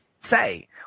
say